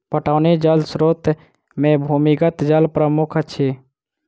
पटौनी जल स्रोत मे भूमिगत जल प्रमुख अछि